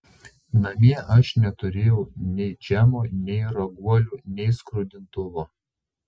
namie aš neturėjau nei džemo nei raguolių nei skrudintuvo